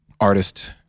artist